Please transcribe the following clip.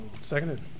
Seconded